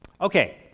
Okay